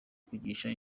kugisha